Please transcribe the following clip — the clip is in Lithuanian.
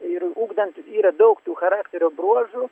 ir ugdant yra daug tų charakterio bruožų